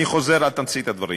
אני חוזר על תמצית הדברים.